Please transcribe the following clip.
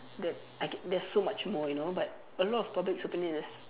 that I get there's so much more you know but a lot of public's opinion is